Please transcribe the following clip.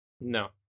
No